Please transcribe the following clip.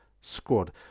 squad